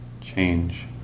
change